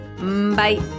Bye